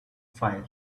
fire